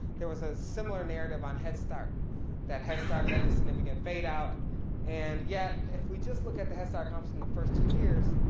there was a similar narrative on headstart that headstart led to significant fade out and yet if we just look at the headstart comps from the first two years,